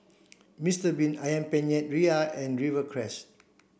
Mister bean Ayam Penyet Ria and Rivercrest